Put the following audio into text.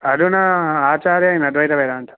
अधुना आचार्य इन् अद्वैतवेदान्त